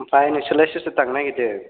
ओमफ्राय नोंसोरलाय सोर सोर थांनो नागिरदों